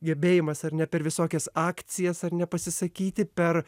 gebėjimas ar ne per visokias akcijas ar ne pasisakyti per